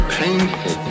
painful